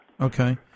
Okay